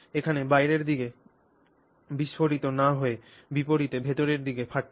এখানে বাইরের দিকে বিস্ফোরিত না হয়ে বিপরীতে ভেতরের দিকে ফাটছে